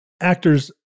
actors